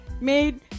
made